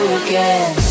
again